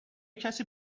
کسی